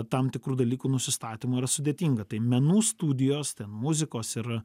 tam tikrų dalykų nusistatymo yra sudėtinga tai menų studijos ten muzikos ir